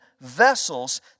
vessels